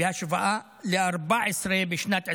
בהשוואה ל-14 בשנת 2022,